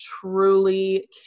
truly